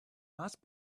must